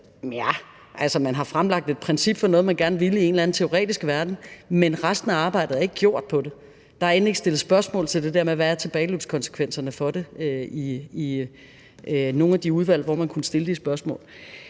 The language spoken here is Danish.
Njae, altså, man har fremlagt et princip for noget, man gerne ville i en eller anden teoretisk verden, men resten af arbejdet er ikke gjort på det. Der er end ikke stillet spørgsmål til det der med, hvad tilbageløbskonsekvenserne er for det, i nogle af de udvalg, hvor man kunne stille de spørgsmål.